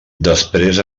després